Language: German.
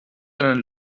einen